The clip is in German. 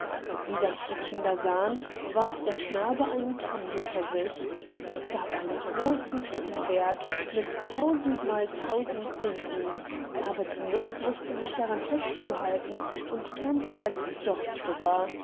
wie das die kinder sahen warf der knabe einen kamm hinter sich das gab einen großen kammberg mit tausend mal tausend zinken aber die nix wußte sich daran festzuhalten und kam zuletzt doch drüber